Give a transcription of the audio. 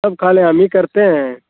सब खाले हम ही करते हैं